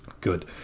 good